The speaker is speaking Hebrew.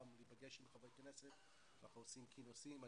להיפגש עם חברי כנסת ואנחנו עושים כינוסים.